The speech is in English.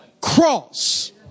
cross